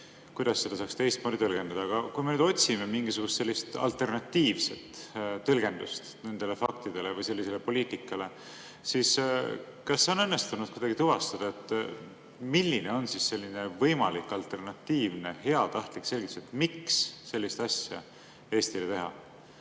kuidas seda saaks teistmoodi tõlgendada. Aga kui me otsime mingisugust alternatiivset tõlgendust nendele faktidele või sellisele poliitikale, siis kas on õnnestunud kuidagi tuvastada, milline on võimalik alternatiivne heatahtlik selgitus, miks sellist asja Eestile teha?